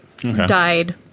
died